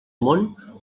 món